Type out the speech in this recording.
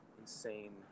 insane